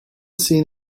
seen